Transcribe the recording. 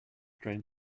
train